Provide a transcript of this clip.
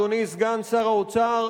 אדוני סגן שר האוצר,